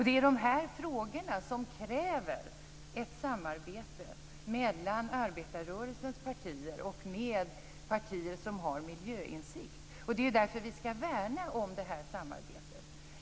Det är de här frågorna som kräver ett samarbete mellan arbetarrörelsens partier, med partier som har miljöinsikt. Det är därför vi skall värna om samarbetet.